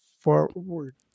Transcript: forward